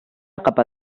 capa